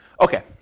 Okay